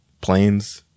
planes